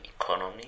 economy